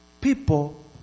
People